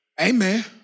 Amen